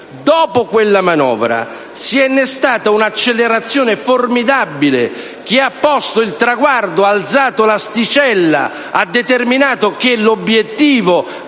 Dopo quella manovra si è innestata un'accelerazione formidabile che ha posto il traguardo, alzato l'asticella, ha determinato che l'obiettivo